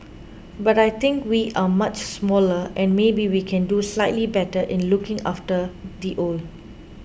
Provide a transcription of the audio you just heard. but I think we are much smaller and maybe we can do slightly better in looking after the old